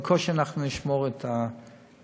בקושי אנחנו נשמור את הסטטוס-קוו,